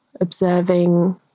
observing